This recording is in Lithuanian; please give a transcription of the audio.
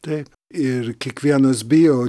taip ir kiekvienas bijo